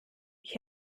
ich